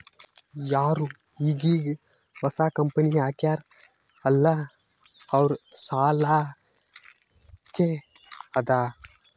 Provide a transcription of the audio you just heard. ಯಾರು ಈಗ್ ಈಗ್ ಹೊಸಾ ಕಂಪನಿ ಹಾಕ್ಯಾರ್ ಅಲ್ಲಾ ಅವ್ರ ಸಲ್ಲಾಕೆ ಅದಾ